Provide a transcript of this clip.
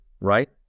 right